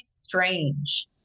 strange